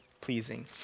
pleasing